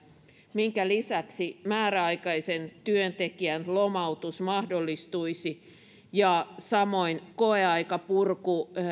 minkä lisäksi määräaikaisen työntekijän lomautus mahdollistuisi ja samoin koeaikapurku